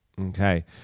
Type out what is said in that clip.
Okay